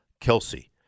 Kelsey